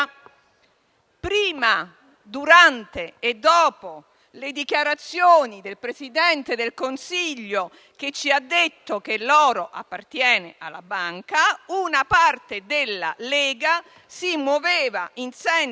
prima, durante e dopo le dichiarazioni del Presidente del Consiglio, che ci ha detto che l'oro appartiene alla Banca, una parte della Lega si muoveva in senso